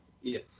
Yes